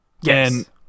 Yes